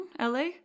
LA